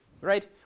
right